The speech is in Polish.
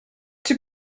czy